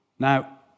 Now